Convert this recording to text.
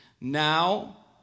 Now